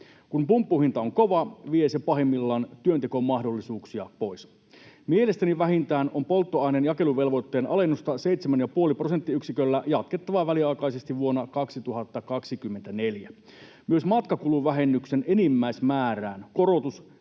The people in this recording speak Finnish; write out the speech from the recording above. Kun pumppuhinta on kova, vie se pahimmillaan työntekomahdollisuuksia pois. Mielestäni vähintään on polttoaineen jakeluvelvoitteen alennusta 7,5 prosenttiyksiköllä jatkettava väliaikaisesti vuonna 2024. Myös matkakuluvähennyksen enimmäismäärän korotus